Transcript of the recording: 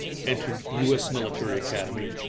entered u. s. military academy,